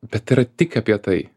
bet yra tik apie tai